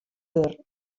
der